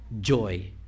joy